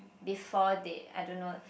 before they I don't know lah